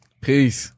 Peace